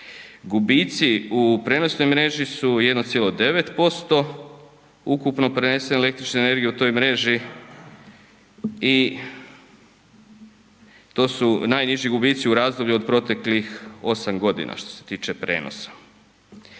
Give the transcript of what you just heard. Gubitci u prijenosnoj mreži su 1,9% ukupno prenesene električne energije u toj mreži i to su najniži gubitci u razdoblju od proteklih 8 godina, što se tiče prijenosa.